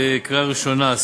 לקריאה ראשונה.